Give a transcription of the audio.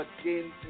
again